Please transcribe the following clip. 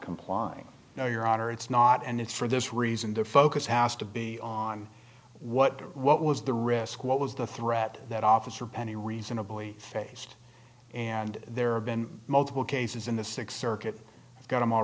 complying no your honor it's not and it's for this reason the focus has to be on what did what was the risk what was the threat that officer penny reasonably faced and there have been multiple cases in the sixth circuit got them all